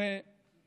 הרי